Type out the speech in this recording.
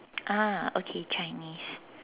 ah okay Chinese